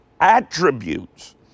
attributes